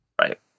Right